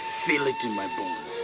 feel it in my bones.